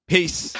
Peace